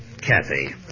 Kathy